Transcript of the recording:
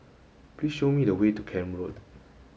please show me the way to Camp Road